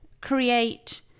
create